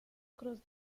cruz